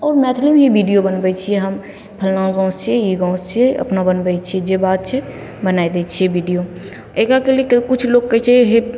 आओर मैथिलीमे ही वीडिओ बनबै छिए हम फल्लाँ गाम छिए ई गाम छिए अपना बनबै छिए जे बात छै बनै दै छिए वीडिओ एकराके लिए तऽ किछु लोक कहै छै हे